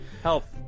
Health